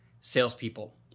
salespeople